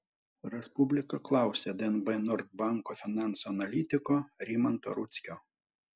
respublika klausė dnb nord banko finansų analitiko rimanto rudzkio